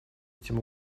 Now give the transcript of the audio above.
этим